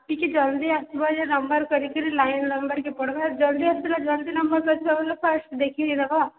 ଟିକେ ଜଲ୍ଦି ଆସିବ ଆଜ୍ଞା ନମ୍ୱର କରିକି ଲାଇନ୍ ନ କରିକି ପଡ଼ିବ ଜଲ୍ଦି ଆସିଲେ ଜଲ୍ଦି ନମ୍ୱର ପଡ଼ିବ ଲୋକ ଆସି ଦେଖି ହେବ